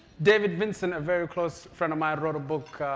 david vincent, a very close friend of mine, wrote a book,